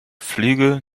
flüge